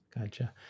Gotcha